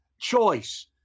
choice